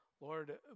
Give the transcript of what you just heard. Lord